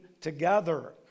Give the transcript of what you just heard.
together